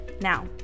Now